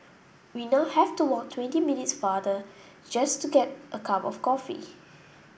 we now have to walk twenty minutes farther just to get a cup of coffee